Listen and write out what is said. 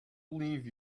leave